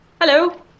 hello